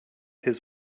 his